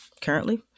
currently